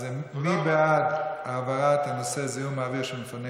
מי בעד העברת הנושא זיהום האוויר של מפעלי